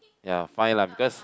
ya fine lah because